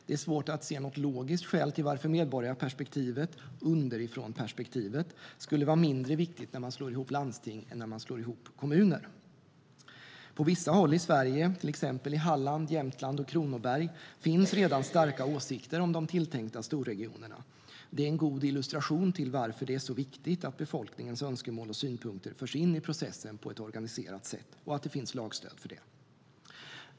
Det är svårt att se något logiskt skäl till att medborgarperspektivet, underifrånperspektivet, skulle vara mindre viktigt när man slår ihop landsting än när man slår ihop kommuner. På vissa håll i Sverige, till exempel i Halland, Jämtland och Kronoberg, finns redan starka åsikter om de tilltänkta storregionerna. Det är en god illustration av varför det är viktigt att befolkningens önskemål och synpunkter förs in i processen på ett organiserat sätt och att det finns lagstöd för det.